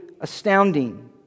astounding